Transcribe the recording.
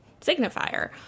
signifier